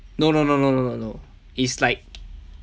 no no no no no no it's like